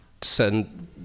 send